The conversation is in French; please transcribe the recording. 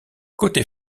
côté